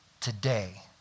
today